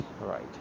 right